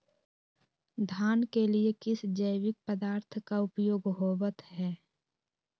धान के लिए किस जैविक पदार्थ का उपयोग होवत है?